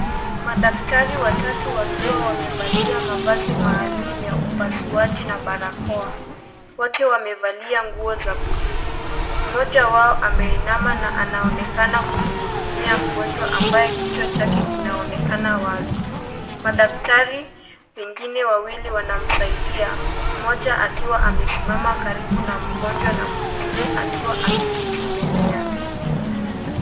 Madaktari watatu wakiwa wamevalia mavazi maalum ya upasuaji na barakoa, wote wamevalia nguo za buluu. Mmoja wao ameinama na anaonekana kumhudumia mgonjwa ambaye kichwa chake kinaonekana wazi. Madaktari wengine wawili wanamsaidia, mmoja akiwa amesimama karibu na mgonjwa na mwingine akiwa ameketi mbele yake.